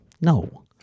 no